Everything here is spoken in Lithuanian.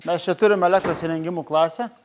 mes čia turim elektros įrengimų klasę